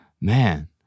Man